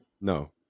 No